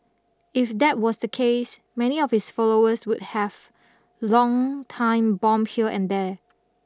if that was the case many of his followers would have long time bomb here and there